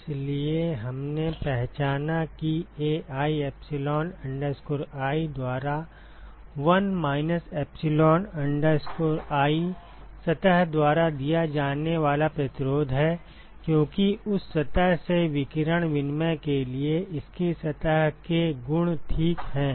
इसलिए हमने पहचाना कि Ai epsilon i द्वारा 1 माइनस epsilon i सतह द्वारा दिया जाने वाला प्रतिरोध है क्योंकि उस सतह से विकिरण विनिमय के लिए इसकी सतह के गुण ठीक हैं